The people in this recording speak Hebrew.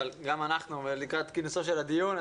אבל גם אנחנו לקראת כינוסו של הדיון.